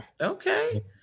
Okay